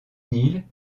nil